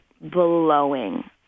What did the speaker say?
blowing